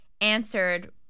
answered